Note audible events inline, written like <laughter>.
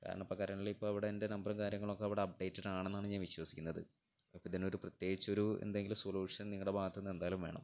കാരണം ഇപ്പം <unintelligible> ഇപ്പോൾ അവിടെ എൻ്റ നമ്പറും കാര്യങ്ങളും ഒക്കെ അവിടെ അപ്ഡേറ്റഡ് ആണെന്നാണ് ഞാൻ വിശ്വസിക്കുന്നത് അപ്പം ഇതിനൊരു പ്രത്യേകിച്ച് ഒരു എന്തെങ്കിലും സൊല്യൂഷൻ നിങ്ങളുടെ ഭാഗത്ത് നിന്ന് എന്തായാലും വേണം